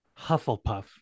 hufflepuff